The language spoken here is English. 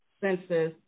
census